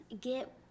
get